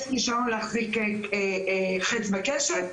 יש רישיון להחזיק חץ וקשת,